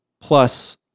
plus